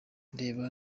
reba